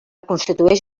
constitueix